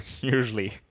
usually